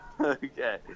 okay